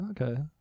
okay